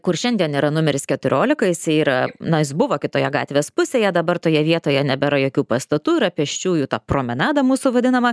kur šiandien yra numeris keturiolika jisai yra na jis buvo kitoje gatvės pusėje dabar toje vietoje nebėra jokių pastatų yra pėsčiųjų promenada mūsų vadinama